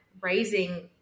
raising